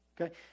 Okay